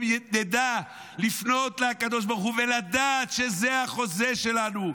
אם נדע לפנות לקדוש ברוך הוא ולדעת שזה החוזה שלנו,